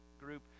group